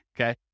okay